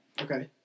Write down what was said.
Okay